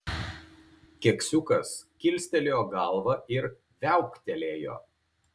keksiukas kilstelėjo galvą ir viauktelėjo